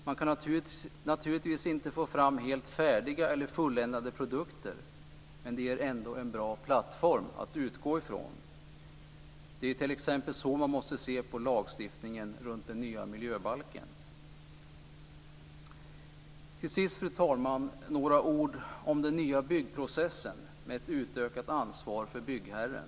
Man kan naturligtvis inte få fram helt färdiga eller fulländade produkter, men det ger ändå en bra plattform att utgå ifrån. Det är ju t.ex. så man måste se på lagstiftningen om den nya miljöbalken. Till sist, fru talman, några ord om den nya byggprocessen med ett utökat ansvar för byggherren.